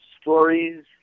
stories